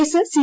case C